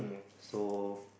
so